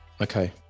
Okay